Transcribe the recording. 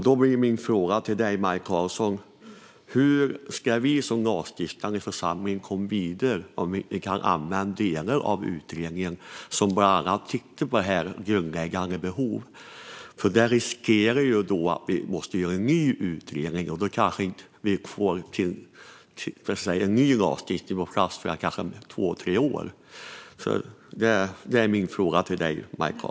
Då blir min fråga till Maj Karlsson: Hur ska vi som lagstiftande församling komma vidare om vi inte kan använda delar av utredningen, där man bland annat tittade på grundläggande behov? Risken är ju att vi i så fall måste göra en ny utredning, och då kanske vi inte får en ny lagstiftning på plats förrän om två tre år.